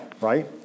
right